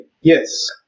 Yes